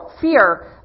fear